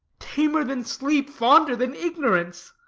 tamer than sleep, fonder than ignorance,